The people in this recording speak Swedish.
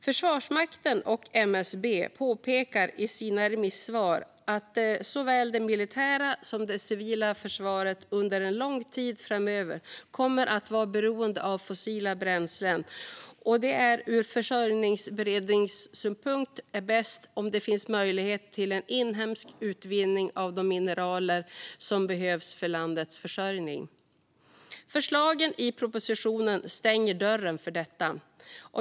Försvarsmakten och MSB påpekar i sina remissvar att såväl det militära som det civila försvaret under lång tid framöver kommer att vara beroende av fossila bränslen och att det ur försörjningsberedskapssynpunkt är bäst om det finns möjlighet till en inhemsk utvinning av de mineral som behövs för landets försörjning. Förslagen i propositionen stänger dörren för detta.